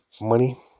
money